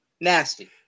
Nasty